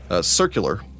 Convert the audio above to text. circular